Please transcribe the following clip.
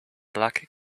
black